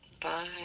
Bye